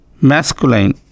masculine